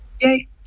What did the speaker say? Yay